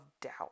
doubt